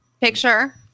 Picture